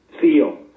feel